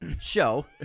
show